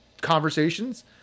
conversations